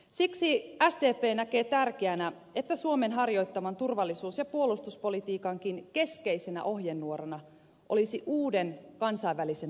siksi sdp näkee tärkeänä että suomen harjoittaman turvallisuus ja puolustuspolitiikankin keskeisenä ohjenuorana olisi uuden kansainvälisen luottamuksen rakentaminen